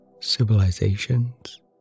civilizations